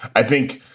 i think,